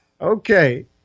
Okay